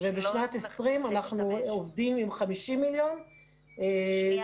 בשנת 2020 אנחנו עובדים עם 50 מיליון שקלים.